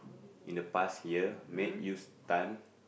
in the past year made you stun